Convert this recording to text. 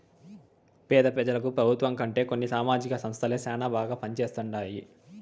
పేద పెజలకు పెబుత్వం కంటే కొన్ని సామాజిక సంస్థలే శానా బాగా పంజేస్తండాయి